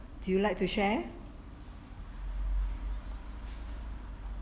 do you like to share